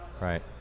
Right